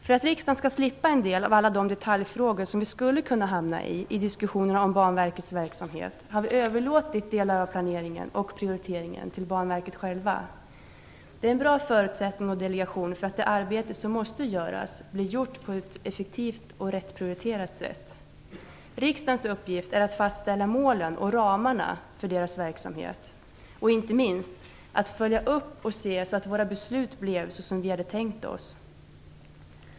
För att riksdagen skall slippa en del av de detaljfrågor som skulle kunna komma upp i diskussionen om Banverkets verksamhet har vi överlåtit delar av planeringen och prioriteringen till Banverket. Det är en bra förutsättning för en delegering, så att det arbete som måste göras blir gjort på ett effektivt sätt och prioriteras rätt. Riksdagens uppgift är att fastställa målen och ramarna för deras verksamhet och inte minst att följa upp och se att våra beslut blir sådana som vi har tänkt oss.